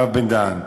הרב בן-דהן,